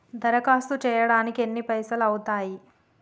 దరఖాస్తు చేయడానికి ఎన్ని పైసలు అవుతయీ?